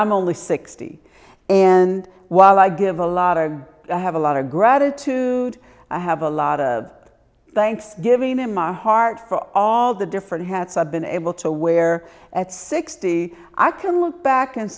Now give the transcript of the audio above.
i'm only sixty and while i give a lot i have a lot of gratitude i have a lot of thanksgiving in my heart for all the different hats i've been able to wear at sixty i can look back and